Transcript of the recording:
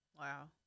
Wow